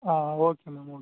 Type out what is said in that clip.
ಹಾಂ okay ma'am okay